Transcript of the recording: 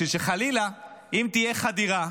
בשביל שאם תהיה חדירה,